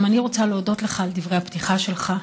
גם אני רוצה להודות לך על דברי הפתיחה שלך,